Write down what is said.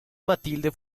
matilde